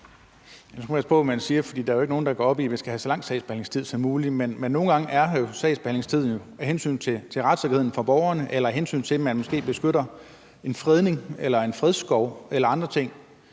Nu skal man passe på, hvad man siger, for der er jo ikke nogen, der går op i, at vi skal have så lang sagsbehandlingstid som muligt. Men nogle gange er sagsbehandlingstiden jo af hensyn til retssikkerheden for borgerne eller af hensyn til, at man måske beskytter en fredning, en fredskov eller andre ting.